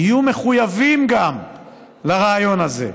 יהיו מחויבים גם לרעיון הזה.